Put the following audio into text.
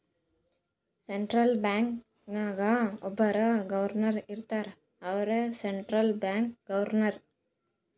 central bank ನಾಗ್ ಒಬ್ಬುರ್ governor ಇರ್ತಾರ ಅವ್ರೇ ಸೆಂಟ್ರಲ್ ಬ್ಯಾಂಕ್ದು ಹೆಡ್